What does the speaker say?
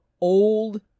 old